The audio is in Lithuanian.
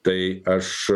tai aš